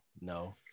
No